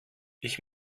ich